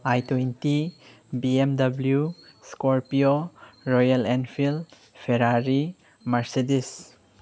I twenty B M W Scorpio Royal Enfield Ferrari Mercedes